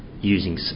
using